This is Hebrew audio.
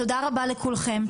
תודה רבה לכולכם.